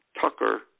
Tucker